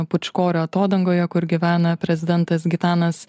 pūčkorių atodangoje kur gyvena prezidentas gitanas